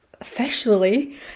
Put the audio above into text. officially